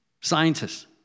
Scientists